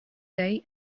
day